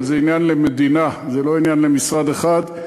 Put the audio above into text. אבל זה עניין למדינה, זה לא עניין למשרד אחד.